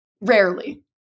rarely